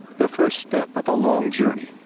the first step of a long journey.